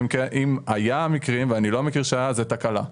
אם היו מקרים, ואני לא מכיר שהיו, זאת תקלה.